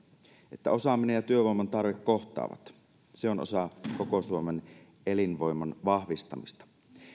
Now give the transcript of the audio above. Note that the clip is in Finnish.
että osaaminen ja työvoiman tarve kohtaavat se on osa koko suomen elinvoiman vahvistamista